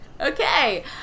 Okay